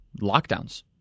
lockdowns